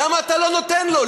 למה אתה לא נותן לו?